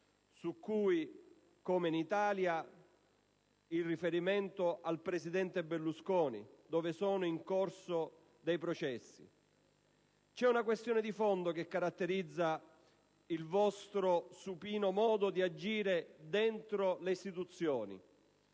su cui ‑ come in Italia nel caso del presidente Berlusconi - sono in corso dei processi. C'è una questione di fondo che caratterizza il vostro supino modo di agire dentro le istituzioni: